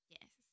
Yes